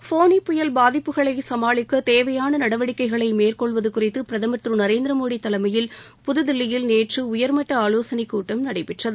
ஃபோனி புயல் பாதிப்புகளை சமாளிக்க தேவையான நடவடிக்கைகளை மேற்கொள்வது குறித்து பிரதமர் திரு நரேந்திரமோடி தலைமையில் புதுதில்லியில் நேற்று உயர்மட்ட ஆலோசனை கூட்டம் நடைபெற்றது